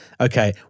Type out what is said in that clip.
okay